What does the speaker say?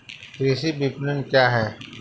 कृषि विपणन क्या है?